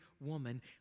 woman